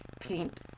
paint